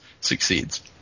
succeeds